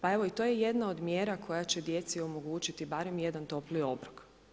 Pa evo, to je jedna od mjera koja će djeci omogućiti barem jedan topli obrok.